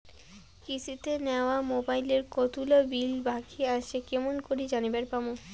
কিস্তিতে নেওয়া মোবাইলের কতোলা বিল বাকি আসে কেমন করি জানিবার পামু?